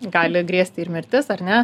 gali grėsti ir mirtis ar ne